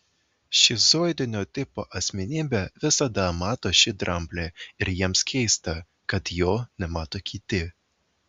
šizoidinio tipo asmenybė visada mato šį dramblį ir jiems keista kad jo nemato kiti